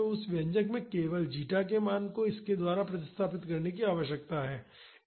तो उस व्यंजक में हमें केवल जीटा के मान को इसके द्वारा प्रतिस्थापित करने की आवश्यकता है